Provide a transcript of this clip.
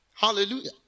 hallelujah